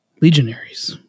Legionaries